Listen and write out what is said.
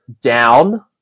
down